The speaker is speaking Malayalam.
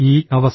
ഈ അവസ്ഥ